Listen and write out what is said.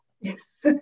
Yes